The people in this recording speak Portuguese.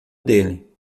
dele